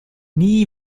nie